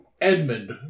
Edmund